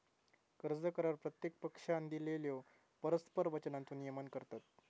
कर्ज करार प्रत्येक पक्षानं दिलेल्यो परस्पर वचनांचो नियमन करतत